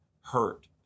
hurt